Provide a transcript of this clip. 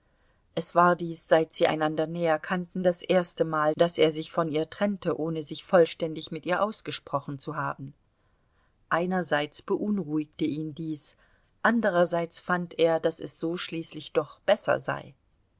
es war dies seit sie einander näher kannten das erstemal daß er sich von ihr trennte ohne sich vollständig mit ihr ausgesprochen zu haben einerseits beunruhigte ihn dies anderseits fand er daß es so schließlich doch besser sei